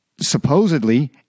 supposedly